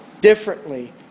differently